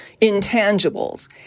intangibles